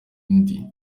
indi